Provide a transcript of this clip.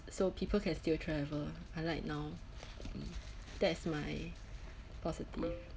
so people can still travel unlike now that's my positive